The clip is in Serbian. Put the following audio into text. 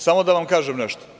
Samo da vam kažem nešto.